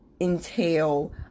entail